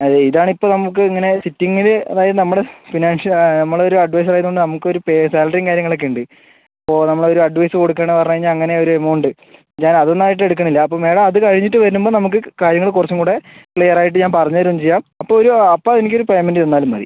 അത് ഇതാണ് ഇപ്പം നമുക്ക് ഇങ്ങനെ സിറ്റിംഗിൽ അതായത് നമ്മുടെ ഫിനാൻഷ്യൽ നമ്മളൊരു അഡ്വൈസർ ആയതുകൊണ്ട് നമുക്ക് ഒരു സാലറിയും കാര്യങ്ങളൊക്കെയുണ്ട് അപ്പോൾ നമ്മൾ ഒരു അഡ്വൈസ് കൊടുക്കുന്നു എന്ന് പറഞ്ഞ് കഴിഞ്ഞാൽ അങ്ങനെ ഒരു എമൗണ്ട് ഞാൻ അത് ഒന്നും ആയിട്ട് എടുക്കുന്നില്ല അപ്പം മേഡം അത് കഴിഞ്ഞിട്ട് വരുമ്പോൾ നമുക്ക് കാര്യങ്ങൾ കുറച്ചും കൂടെ ക്ലിയർ ആയിട്ട് ഞാൻ പറഞ്ഞുതരുകയും ചെയ്യാം അപ്പോൾ ഒരു അപ്പോൾ എനിക്ക് ഒരു പേയ്മെന്റ് തന്നാലും മതി